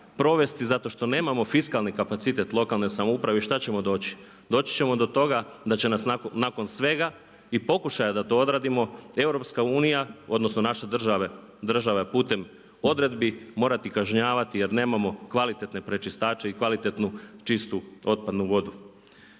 zato što nemamo fiskalni kapacitet lokalne samouprave i šta ćemo doći? Doći ćemo do toga da će nas nakon svega i pokušaja da to odradimo EU odnosno naša država putem odredbi morati kažnjavati jer nemamo kvalitetne prečištače i kvalitetnu čistu otpadnu vodu.